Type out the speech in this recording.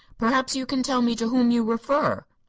perhaps you can tell me to whom you refer?